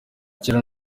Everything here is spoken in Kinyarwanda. kera